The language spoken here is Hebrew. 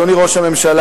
אדוני ראש הממשלה,